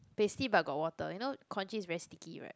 pasty but got water you know congee is very sticky right